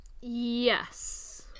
yes